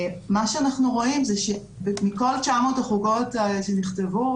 מה שאנחנו רואים זה שמכל 900 החוקות שנכתבו